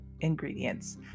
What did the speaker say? ingredients